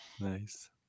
Nice